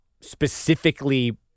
specifically